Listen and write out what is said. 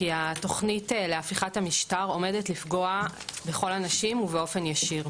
כי התוכנית להפיכת המשטר עומדת לפגוע בכל הנשים ובאופן ישיר.